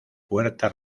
puerta